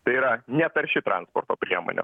tai yra netarši transporto priemonė